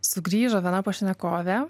sugrįžo viena pašnekovė